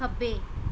ਖੱਬੇ